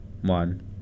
one